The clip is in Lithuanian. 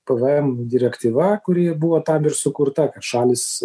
pvm direktyva kuri buvo tam ir sukurta šalys